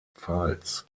pfalz